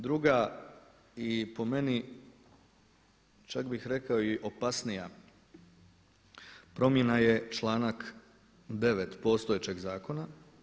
Druga i po meni čak bih rekao i opasnija promjena je članak 9. postojećeg zakona.